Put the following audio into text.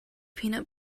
peanut